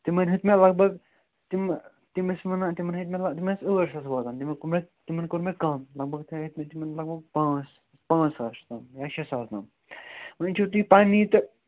تِمَن ہیٚتۍ مےٚ لَگ بگ تِم تِم ٲسۍ وَنان تِمَن ہیٚتۍ مےٚ لَگ بگ تِمَن ٲسۍ ٲٹھ ساس واتان تِمن کوٚر مےٚ تِمن کوٚر مےٚ کم لگ بگ تھایے مےٚ تِمَن لَگ بگ پانٛژھ پانٛژھ ساس تام یا شےٚ ساس تام وۅنۍ چھو تُہۍ پَنٕنی تہٕ